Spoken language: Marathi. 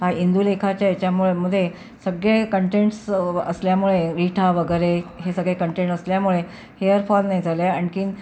हा इंदुलेखाच्या यच्याम मध्ये सगळे कंटेंट्स असल्यामुळे रिठा वगैरे हे सगळे कंटेंट्स असल्यामुळे हेअरफॉल नाही झालं आहे आणखीन